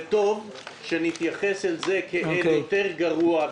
וטוב שנתייחס אל זה כאל יותר גרוע,